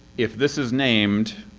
if this is named